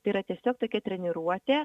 tai yra tiesiog tokia treniruotė